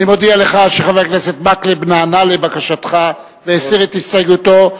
אני מודיע לך שחבר הכנסת מקלב נענה לבקשתך והסיר את הסתייגותו,